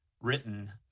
written